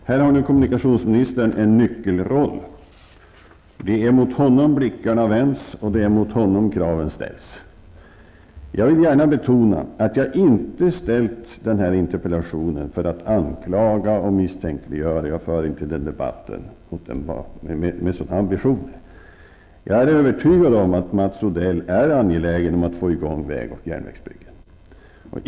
Här har nu kommunikationsministern en nyckelroll. Det är mot honom blickarna vänds, och det är på honom kraven ställs. Jag vill gärna betona att jag inte har ställt den här interpellationen för att anklaga och misstänkliggöra; jag för inte debatten med sådana ambitioner. Jag är övertygad om att Mats Odell är angelägen om att få i gång väg och järnvägsbyggen.